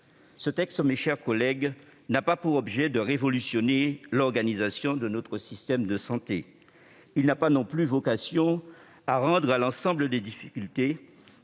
Ce texte, mes chers collègues, n'a pas pour objet de révolutionner l'organisation de notre système de santé. Il n'a pas non plus vocation à répondre à l'ensemble des difficultés